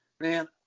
man